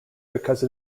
because